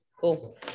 cool